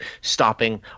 stopping